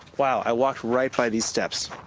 wow, i walked right by these steps.